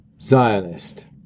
zionist